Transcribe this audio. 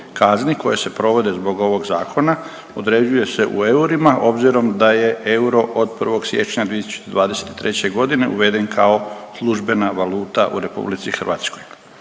koje se provode zbog ovog zakona određuje se u eurima obzirom da je euro od 1. siječnja 2023. godine uveden kao službena valuta u RH. Isto tako